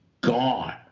gone